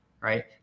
right